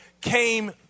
came